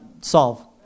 solve